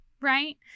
Right